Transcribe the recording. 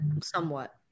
somewhat